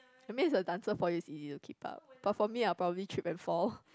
I mean as a dancer for you is easy to keep up but for me I will probably trip and fall